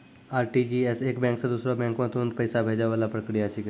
RTGS एक bank से दूसरो बैंक मे तुरंत पैसा भैजै वाला प्रक्रिया छिकै